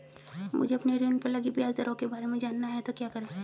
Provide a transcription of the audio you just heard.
मुझे अपने ऋण पर लगी ब्याज दरों के बारे में जानना है तो क्या करें?